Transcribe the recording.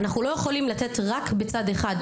אנחנו לא יכולים לתת רק בצד אחד.